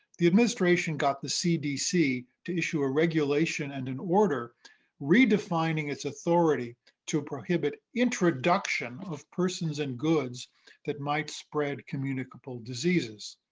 the administration got the cdc to issue a regulation and an order redefining its authority to prohibit introduction of persons and goods that might spread communicable diseases.